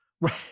Right